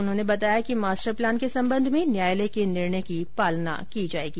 उन्होंने बताया कि मास्टर प्लान के संबंध में न्यायालय के निर्णय की पालना की जायेगी